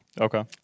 Okay